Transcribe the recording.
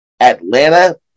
Atlanta